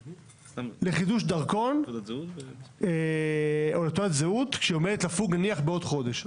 לחידוש דרכון או לתעודת זהות כשהיא עומדת לפוג בעוד חודש.